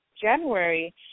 January